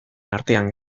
artean